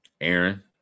Aaron